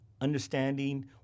Understanding